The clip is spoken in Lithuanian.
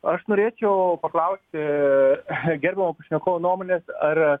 aš norėčiau paklausti gerbiamo pašnekovo nuomonės ar